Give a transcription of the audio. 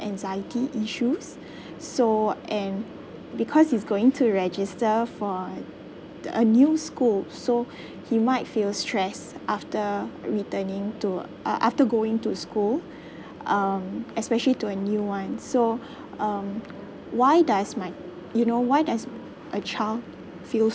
anxiety issues so and because he's going to register for uh a new school so he might feel stress after returning to uh after going to school um especially to a new one so um why does my you know why does a child feels